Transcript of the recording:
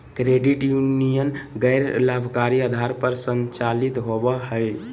credit union गैर लाभकारी आधार पर संचालित होबो हइ